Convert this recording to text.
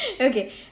Okay